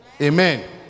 Amen